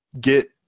get